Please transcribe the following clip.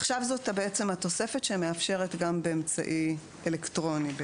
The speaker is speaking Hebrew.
עכשיו זאת התוספת שמאפשרת גם באמצעי אלקטרוני,